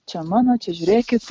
čia mano čia žiūrėkit